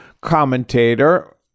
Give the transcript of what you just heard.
commentator